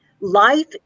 life